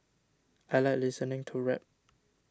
I like listening to rap